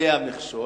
זה יהיה המכשול,